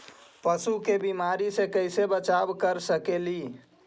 पशु के बीमारी से कैसे बचाब कर सेकेली?